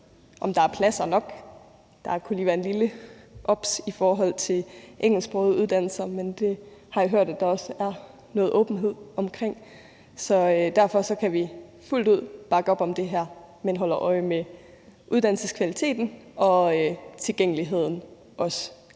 om der er pladser nok. Der kunne være et lille obs i forhold til engelsksprogede uddannelser, men det har jeg hørt der også er noget åbenhed omkring. Derfor kan vi fuldt ud bakke op om det her, men holder øje med uddannelseskvaliteten og tilgængeligheden, også mere